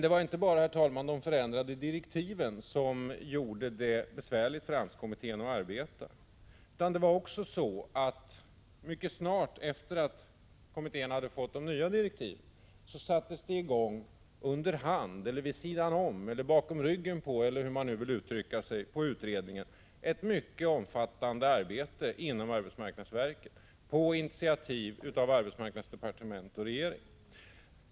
Det var emellertid inte bara de förändrade direktiven som gjorde det besvärligt för AMS-kommittén att arbeta. Mycket snart efter det att kommittén hade erhållit de nya direktiven sattes det nämligen under hand, vid sidan om eller bakom ryggen på utredningen — eller hur man nu vill uttrycka sig — på initiativ av arbetsmarknadsdepartement och regering i gång ett mycket omfattande utredningsarbete inom arbetsmarknadsverket.